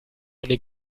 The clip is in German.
eine